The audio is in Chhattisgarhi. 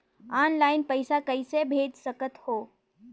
ऑनलाइन पइसा कइसे भेज सकत हो?